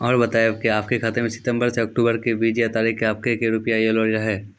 और बतायब के आपके खाते मे सितंबर से अक्टूबर के बीज ये तारीख के आपके के रुपिया येलो रहे?